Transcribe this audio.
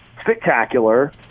spectacular